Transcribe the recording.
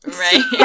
right